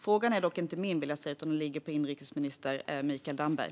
Frågan är dock inte min, vill jag säga, utan den ligger på inrikesminister Mikael Damberg.